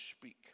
speak